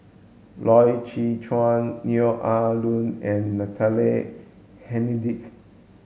Loy Chye Chuan Neo Ah Luan and Natalie Hennedige